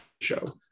show